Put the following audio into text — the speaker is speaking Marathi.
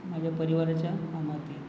माझ्या परिवाराच्या कामात येईल